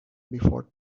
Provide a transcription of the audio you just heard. before